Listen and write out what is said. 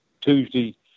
Tuesday